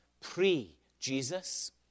pre-Jesus